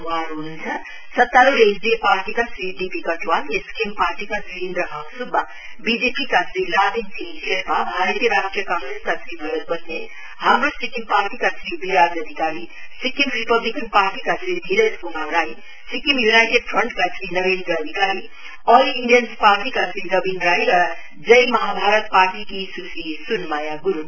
वहाँहरु हुनुहुन्छ स्तारुढ एसडीएफ पार्टीका श्री डीबी कटुवाल एसकेएम पार्टीका श्री इन्द्रहाङ सुब्बा बीजेपी का श्री लातेन छिरिङ शेर्पा भारतीय राष्ट्रिय काँग्रेसका श्री भरत बस्नेत हाम्रो सिक्किम पार्टीका श्री बिराज अधिकारी सिक्किम रिपब्लिकन पार्टी का श्री धीरज कुमार राई सिक्किम यूनाइटेड फ्रण्ट का Shri Narendra Adhikari All Indians Party का श्री रबिन राई र जय महाभारत पार्टीकी सुश्री सुनमाया गुरुङ